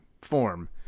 form